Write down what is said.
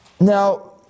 Now